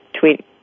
tweet